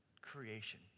creation